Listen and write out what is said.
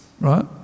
right